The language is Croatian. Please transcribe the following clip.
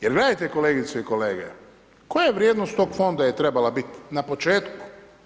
Jer gledajte kolegice i kolege, koja je vrijednost tog Fonda je trebala biti na početku?